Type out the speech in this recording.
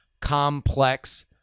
complex